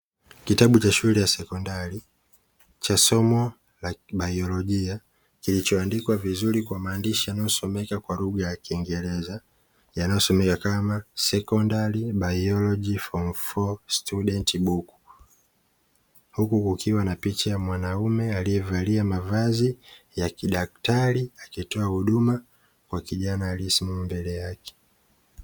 Kitabu cha shule ya sekondari cha somo la baiolojia, kilichoandikwa vizuri kwa maandishi yanayosomeka kwa lugha ya kiingereza yanayosomeka kama " secondary biology form four student book" huku kukiwa na picha ya mwanaume aliyevalia mavazi ya kidaktari akitoa huduma kwa kijana aliyesimama mbele yake.